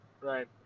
Right